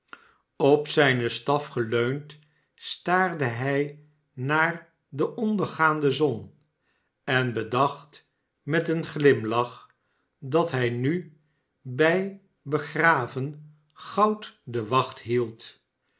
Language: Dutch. op zijn staf geleund staarde hij naar de ondergaande zon en bedacht met een glimlach dat hij nu bij begraven goud de wacht hield